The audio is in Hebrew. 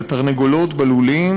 לתרנגולות בלולים,